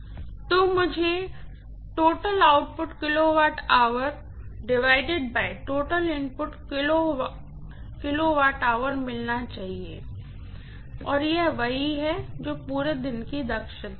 तो तो मुझे मिलना चाहिए यह वही है जो पूरे दिन की दक्षता है